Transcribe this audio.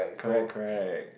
correct correct